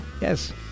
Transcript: Yes